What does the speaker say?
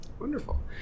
wonderful